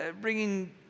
bringing